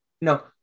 no